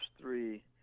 three